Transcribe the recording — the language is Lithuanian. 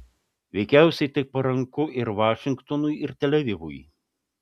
veikiausiai tai paranku ir vašingtonui ir tel avivui